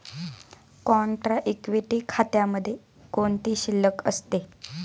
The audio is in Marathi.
कॉन्ट्रा इक्विटी खात्यामध्ये कोणती शिल्लक असते?